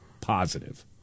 positive